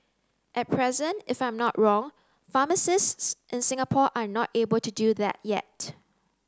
at present if I'm not wrong pharmacists in Singapore are not able to do that yet